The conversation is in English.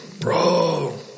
bro